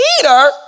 Peter